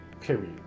period